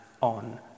on